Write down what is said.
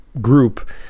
group